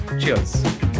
Cheers